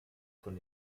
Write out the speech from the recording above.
von